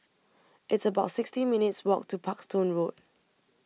It's about sixty minutes' Walk to Parkstone Road